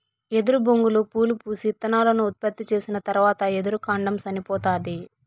ఎదురు బొంగులు పూలు పూసి, ఇత్తనాలను ఉత్పత్తి చేసిన తరవాత ఎదురు కాండం సనిపోతాది